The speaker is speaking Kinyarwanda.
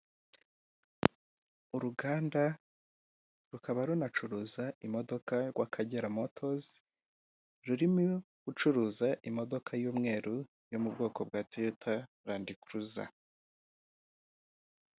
Uruganda rukaba runacuruza imodoka, rw'Akagera Motors, rurimo gucuruza imodoka y'umweru, yo mu bwoko bwa Toyota Land Cruiser.